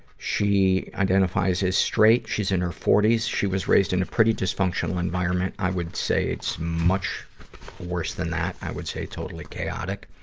she identifies as straight. she's in her forty s. she was raised in a pretty dysfunctional environment. i would say it's much worse than that. i would say it's totally chaotic.